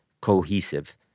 cohesive